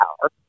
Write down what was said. power